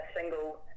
single